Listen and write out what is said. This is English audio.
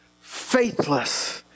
faithless